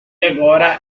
agora